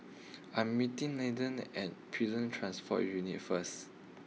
I am meeting Landen at Prison Transport Unit first